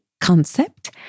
concept